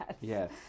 Yes